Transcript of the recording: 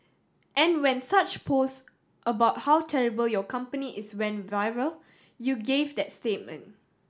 and when such posts about how terrible your company is went viral you gave that statement